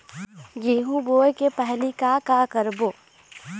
गेहूं बोए के पहेली का का करबो?